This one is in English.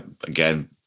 Again